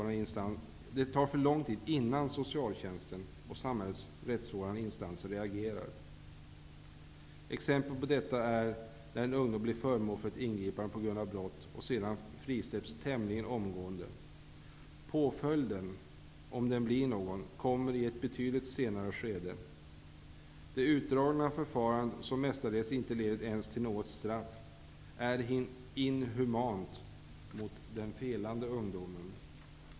Det tar för lång tid innan socialtjänsten och samhällets rättsvårdande instanser reagerar. Ett exempel på detta är när en ung människa blir föremål för ingripande på grund av brott och sedan frisläpps tämligen omgående. Påföljden, om det blir någon, kommer i ett betydligt senare skede. Det utdragna förfarandet, som mestadels inte ens leder till något straff, är inhumant mot den ''felande'' unga människan.